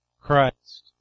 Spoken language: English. Christ